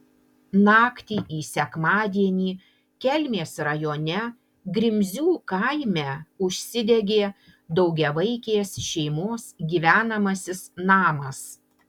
naktį į sekmadienį kelmės rajone grimzių kaime užsidegė daugiavaikės šeimos gyvenamasis namas